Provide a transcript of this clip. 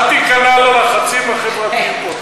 אל תיכנע ללחצים החברתיים פה.